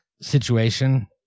situation